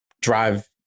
drive